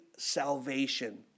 salvation